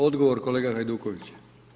Odgovor kolega Hajduković.